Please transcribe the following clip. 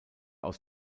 aus